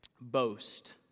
boast